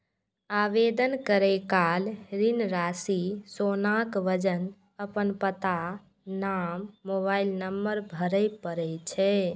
आवेदन करै काल ऋण राशि, सोनाक वजन, अपन पता, नाम, मोबाइल नंबर भरय पड़ै छै